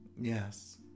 Yes